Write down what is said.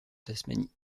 tasmanie